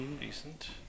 Decent